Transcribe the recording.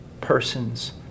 persons